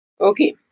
Okay